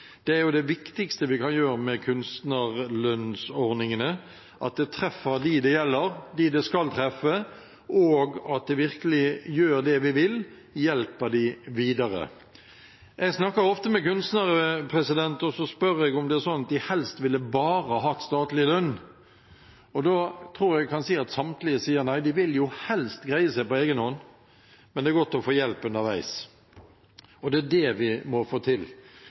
Det er det viktigste vi kan gjøre med kunstnerlønnsordningene, at det treffer dem det gjelder, dem det skal treffe, og at det virkelig gjør det vi vil, hjelper dem videre. Jeg snakker ofte med kunstnere, og så spør jeg om det er sånn at de helst ville bare hatt statlig lønn. Jeg tror jeg kan si at samtlige sier nei, de vil jo helst greie seg på egenhånd, men det er godt å få hjelp underveis. Det er det vi må få til.